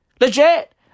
Legit